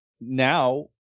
now